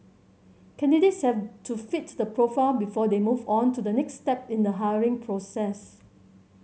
candidates have to fit the profile before they move on to the next step in the hiring process